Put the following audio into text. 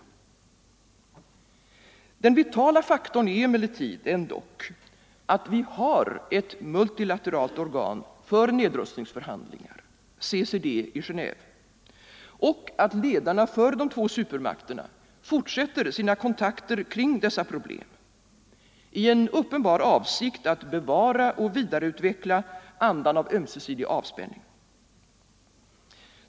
Den vitala faktorn är emellertid att vi har ett multilateralt organ för nedrustningsförhandlingar, CCD i Genéve, och att ledarna för de två supermakterna fortsätter sina kontakter kring dessa problem, i en uppenbar avsikt att bevara och vidareutveckla andan av ömsesidig avspänning.